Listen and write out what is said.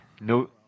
No